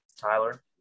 Tyler